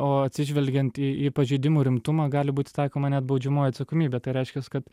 o atsižvelgiant į į pažeidimų rimtumą gali būti taikoma net baudžiamoji atsakomybė tai reiškias kad